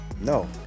No